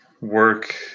work